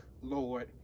Lord